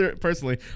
personally